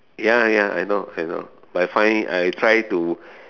ya ya I know I know but I find it I try to